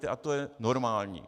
A to je normální.